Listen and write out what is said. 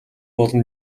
болон